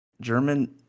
german